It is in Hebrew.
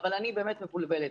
אבל אני באמת מבולבלת.